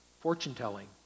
fortune-telling